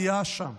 חיילות